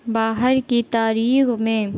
باہر کی تاریخ میں